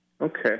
Okay